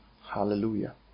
Hallelujah